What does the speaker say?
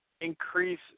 increase